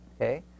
Okay